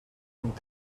amb